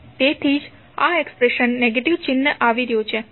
તેથી આ એક્સપ્રેશનમાં નેગેટિવ ચિહ્ન આવી રહ્યુ છે